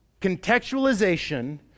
Contextualization